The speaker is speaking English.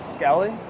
Scally